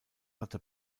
hatte